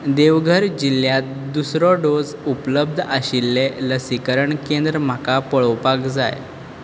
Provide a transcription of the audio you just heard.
देवघर जिल्ल्यांत दुसरो डोस उपलब्ध आशिल्ले लसीकरण केंद्र म्हाका पळोवपाक जाय